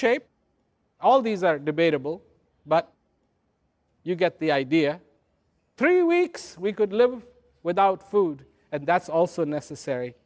shape all these are debatable but you get the idea three weeks we could live without food and that's also necessary